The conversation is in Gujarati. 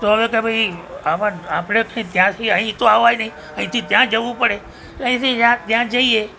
તો હવે કે ભાઈ હવે આપણે કંઈ ત્યાંથી અહીં તો અવાય નહીં અહીંથી ત્યાં જવું પડે અહીંથી ત્યાં જઈએ